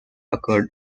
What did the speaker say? occurred